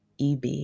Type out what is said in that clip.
EB